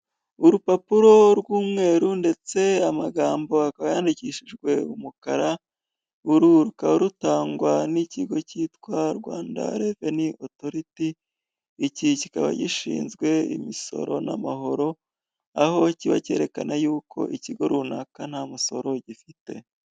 Urupapuro rw'umweru ndetse amagambo akaba yandikishijwe umukara, uru rukaba rutandwa n'ikigo cyitwa Rwanda reveni otoriti, iki kikaba gishinzwe imisoro n'amahoro, aho kiba cyerekana ko ikigo runaka nta musoro gifite.